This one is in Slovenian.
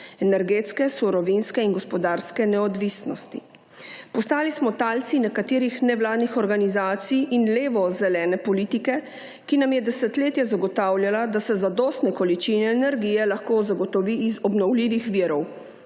energetske surovinske in gospodarske neodvisnosti. Postali smo talci nekaterih nevladnih organizacij in levo zelene politike, ki nam je desetletje zagotavljala, da se zadostne količine energije lahko zagotovi iz obnovljivih virov.